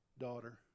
daughter